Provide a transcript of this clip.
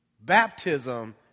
Baptism